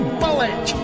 bullet